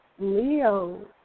Leo